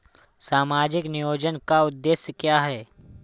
सामाजिक नियोजन का उद्देश्य क्या है?